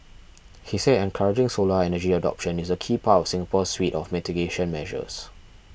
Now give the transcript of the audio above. he said encouraging solar energy adoption is a key part of Singapore's suite of mitigation measures